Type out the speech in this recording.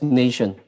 nation